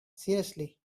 seriously